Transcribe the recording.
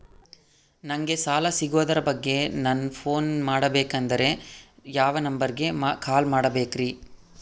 ನಂಗೆ ಸಾಲ ಸಿಗೋದರ ಬಗ್ಗೆ ನನ್ನ ಪೋನ್ ಮಾಡಬೇಕಂದರೆ ಯಾವ ನಂಬರಿಗೆ ಕಾಲ್ ಮಾಡಬೇಕ್ರಿ?